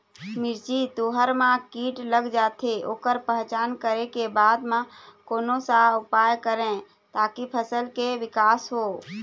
मिर्ची, तुंहर मा कीट लग जाथे ओकर पहचान करें के बाद मा कोन सा उपाय करें ताकि फसल के के विकास हो?